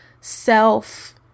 self